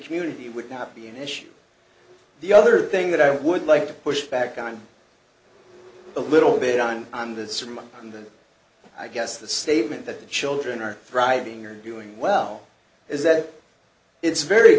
community would not be an issue the other thing that i would like to push back on a little bit on on the on the i guess the statement that the children are thriving are doing well is that it's very